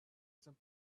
some